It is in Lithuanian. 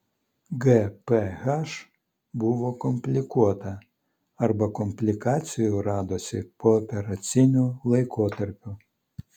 gph buvo komplikuota arba komplikacijų radosi pooperaciniu laikotarpiu